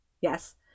Yes